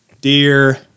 dear